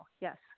Yes